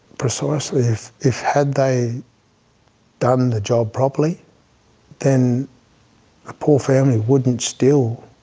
precisely. if if had they done the job properly then the poor family wouldn't still